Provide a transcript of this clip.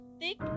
thick